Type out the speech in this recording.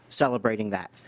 celebrating that.